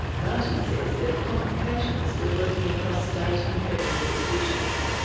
but, he says, there are complications with working across state and federal jurisdictions.